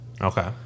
Okay